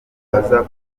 aza